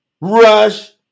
Rush